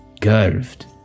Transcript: curved